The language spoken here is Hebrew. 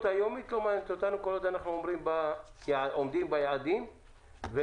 היומית לא מעניינת אותנו כל עוד אנחנו עומדים ביעדים ובמכסות.